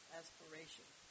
aspiration